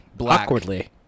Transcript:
awkwardly